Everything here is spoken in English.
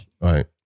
Right